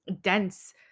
dense